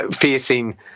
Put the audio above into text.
facing